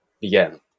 began